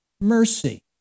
mercy